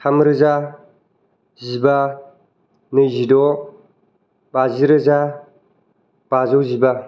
थाम रोजा जिबा नैजिद' बाजि रोजा बाजौ जिबा